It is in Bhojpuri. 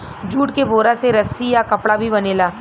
जूट के बोरा से रस्सी आ कपड़ा भी बनेला